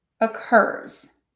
occurs